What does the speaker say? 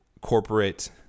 corporate